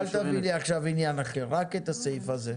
אל תביא לי עכשיו עניין אחר, רק את הסעיף הזה.